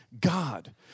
God